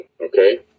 okay